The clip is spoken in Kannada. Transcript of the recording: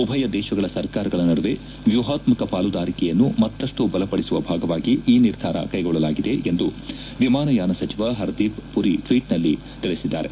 ಉಭಯ ದೇಶಗಳ ಸರ್ಕಾರಗಳ ನಡುವೆ ವ್ಲೂಹಾತ್ಕಕ ಪಾಲುದಾರಿಕೆಯನ್ನು ಮತ್ತಷ್ನು ಬಲಪಡಿಸುವ ಭಾಗವಾಗಿ ಈ ನಿರ್ಧಾರ ಕ್ಲೆಗೊಳ್ಳಲಾಗಿದೆ ಎಂದು ವಿಮಾನಯಾನ ಸಚಿವ ಹರ್ದೀಪ್ ಪುರಿ ಟ್ವೀಟ್ ಸಂದೇಶದಲ್ಲಿ ತಿಳಿಸಿದ್ದಾರೆ